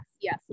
Yes